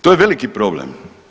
To je veliki problem.